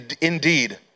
indeed